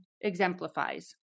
exemplifies